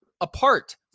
apart